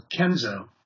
Kenzo